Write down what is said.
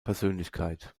persönlichkeit